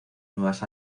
nuevas